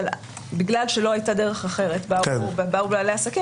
אבל בגלל שלא הייתה דרך אחרת באו בעלי עסקים